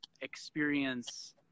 experience